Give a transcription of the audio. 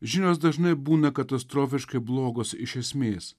žinios dažnai būna katastrofiškai blogos iš esmės